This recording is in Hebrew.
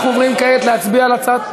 29 בעד,